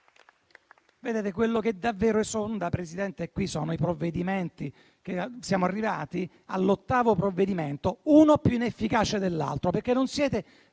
Quello che davvero esonda qui sono i provvedimenti: siamo arrivati all'ottavo provvedimento, uno più inefficace dell'altro, perché non siete